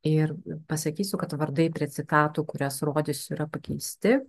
ir pasakysiu kad vardai trecikatų kurias rodysiu yra pakeisti